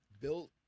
built